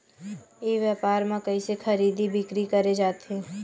ई व्यापार म कइसे खरीदी बिक्री करे जाथे?